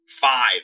five